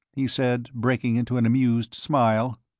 he said, breaking into an amused smile,